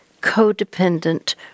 codependent